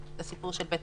בסיפור של בית